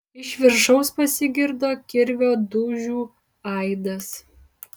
iš viršaus pasigirdo kirvio dūžių aidas